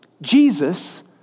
Jesus